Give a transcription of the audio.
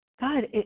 God